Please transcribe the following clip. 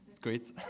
Great